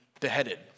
beheaded